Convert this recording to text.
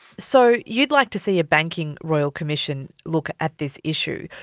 so you'd like to see a banking royal commission look at this issue.